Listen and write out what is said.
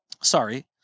sorry